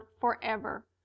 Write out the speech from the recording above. forever